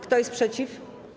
Kto jest przeciw?